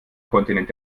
kontinent